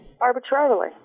arbitrarily